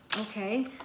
okay